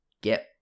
get